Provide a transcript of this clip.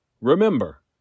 Remember